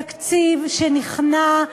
תקציב שנכנע,